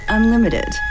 Unlimited